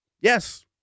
Yes